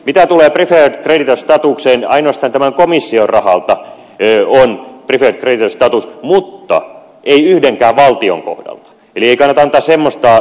mitä tulee preferred creditor statukseen ainoastaan tämän komission rahalta on preferred creditor status mutta ei yhdenkään valtion kohdalla